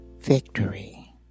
victory